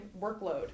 workload